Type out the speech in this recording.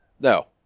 No